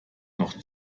noch